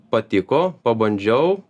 patiko pabandžiau